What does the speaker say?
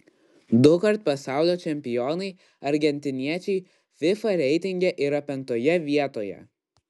dukart pasaulio čempionai argentiniečiai fifa reitinge yra penktoje vietoje